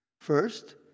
First